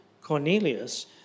Cornelius